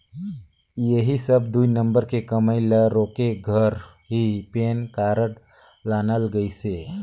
ऐही सब दुई नंबर के कमई ल रोके घर ही पेन कारड लानल गइसे